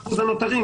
ב-10% הנותרים.